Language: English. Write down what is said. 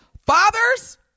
Fathers